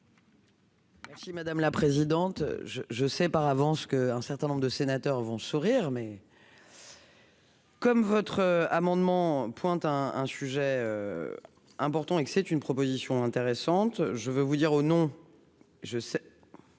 Si madame la présidente, je je sais par avance que un certain nombre de sénateurs vont sourire mais. Comme votre amendement pointe un un sujet important et que c'est une proposition intéressante, je veux vous dire au nom,